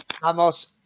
vamos